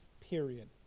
Period